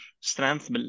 strength